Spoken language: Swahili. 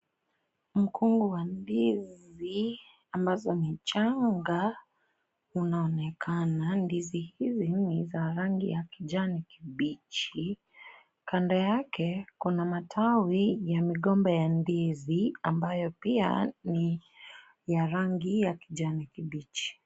Mkungu wa ndizi, ambazo ni changa, unaonekana. Ndizi hizi ni za rangi ya kijani kibichi. Kando yake kuna matawi ya migomba ya ndizi, ambayo pia ni ya rangi ya kijani kibichi.